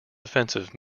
offensive